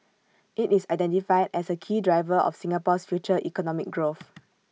IT is identified as A key driver of Singapore's future economic growth